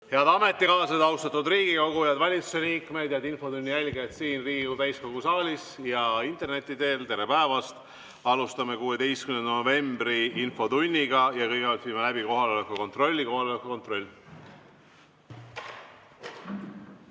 Head ametikaaslased! Austatud Riigikogu! Head valitsusliikmed! Head infotunni jälgijad siin Riigikogu täiskogu saalis ja interneti teel! Tere päevast! Alustame 16. novembri infotundi ja kõigepealt viime läbi kohaloleku kontrolli. Kohaloleku kontroll.